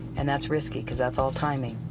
and that's risky because that's all timing.